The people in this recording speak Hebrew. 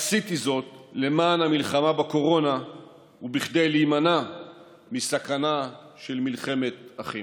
עשיתי זאת למען המלחמה בקורונה וכדי להימנע מסכנה של מלחמת אחים.